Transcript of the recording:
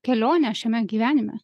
kelionę šiame gyvenime